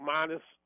Minus